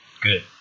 good